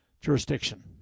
jurisdiction